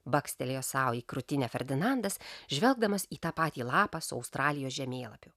bakstelėjo sau į krūtinę ferdinandas žvelgdamas į tą patį lapą su australijos žemėlapiu